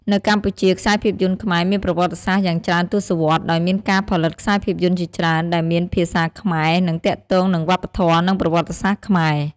នៅកម្ពុជា ខ្សែភាពយន្តខ្មែរមានប្រវត្តិសាស្ត្រយ៉ាងច្រើនទសវត្សរ៍ ដោយមានការផលិតខ្សែភាពយន្តជាច្រើនដែលមានភាសាខ្មែរ និងទាក់ទងនឹងវប្បធម៌ និងប្រវត្តិសាស្ត្រខ្មែរ។